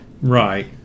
Right